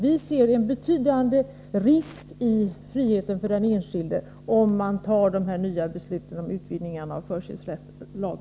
Vi ser en betydande risk i att friheten för den enskilde inskränks, om riksdagen fattar ett beslut om en utvidgning av lagen om förköp.